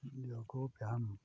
ᱡᱳᱜᱚ ᱵᱮᱭᱟᱢ